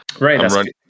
Right